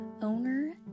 owner